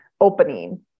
opening